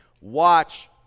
watch